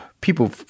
people